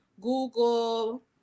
Google